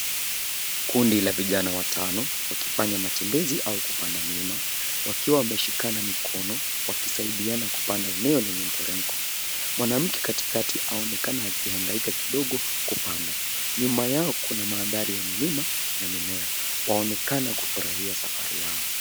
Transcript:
Kundi la vijana watano wakifanya matembezi au kupanda mlima wakiwa wameshikana mikono wakisaidiana kupanda eneo lenye mteremko. Mwanamke katikati aonekana akihangaika kidogo kupanda. Nyuma yao kuna mandhari ya milima na mimea. Waonekana kufurahia safari lao.